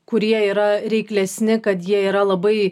kurie yra reiklesni kad jie yra labai